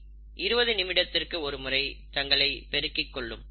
coli 20 நிமிடத்திற்கு ஒருமுறை தங்களை பெருக்கிக் கொள்ளும்